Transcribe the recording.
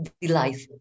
delightful